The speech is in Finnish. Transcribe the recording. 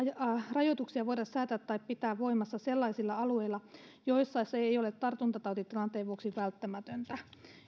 rajoituksia voida säätää tai pitää voimassa sellaisilla alueilla joissa se ei ole tartuntatautitilanteen vuoksi välttämätöntä